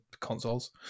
consoles